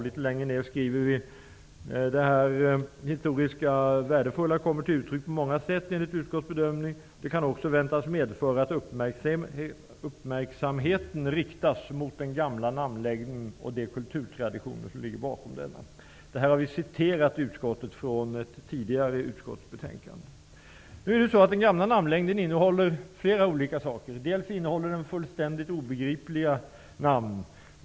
Litet längre fram skriver vi att det historiskt värdefulla som ''kommer till uttryck på så många sätt, enligt utskottets bedömning också kan väntas medföra att uppmärksamheten riktas mot den gamla namnlängden och de kulturtraditioner som ligger bakom denna''. Det här har vi citerat från ett tidigare utskottsbetänkande. Den gamla namnlängden innehåller dock bl.a. fullständigt obegripliga namn.